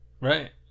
Right